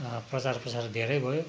र प्रचार प्रसार धेरै भयो